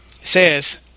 says